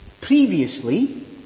previously